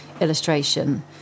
illustration